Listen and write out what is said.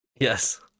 Yes